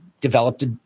developed